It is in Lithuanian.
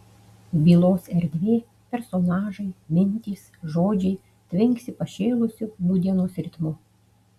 bylos erdvė personažai mintys žodžiai tvinksi pašėlusiu nūdienos ritmu